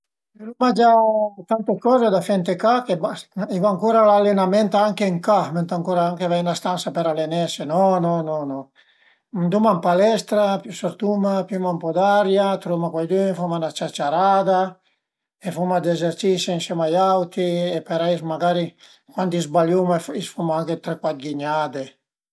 L'uma gia tante coze da fe ën ca che basta, i va ancura l'alenament anche ën ca, venta ancura anche avei 'na stansia për alenese, no, no, no, no. Anduma ën palestra, sörtuma, piuma ën po d'aria, truvuma cuaidün, fuma 'na ciaciarada e fuma d'ezercisi ënsema a i auti e parei magari cuandi zbagluma fuma anche tre, cuat ghignade